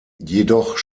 jedoch